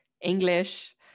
English